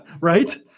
Right